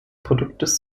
produktes